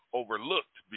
overlooked